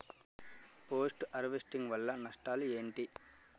Post harvesting వల్ల నష్టాలు ఏంటి?